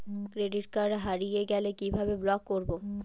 Credit card হারিয়ে গেলে কি ভাবে ব্লক করবো?